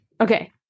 Okay